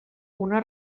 una